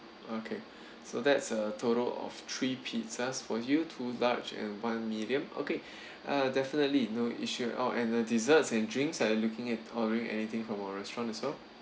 okay so that's a total of three pizzas for you two large and one medium okay uh definitely no issue at all and the desserts and drinks are you looking at ordering anything from our restaurant as well